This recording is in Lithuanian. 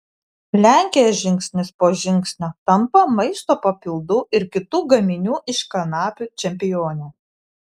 lenkija žingsnis po žingsnio tampa maisto papildų ir kitų gaminių iš kanapių čempione